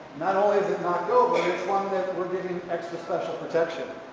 not only is it not good, but it's one that we're giving extra special protection.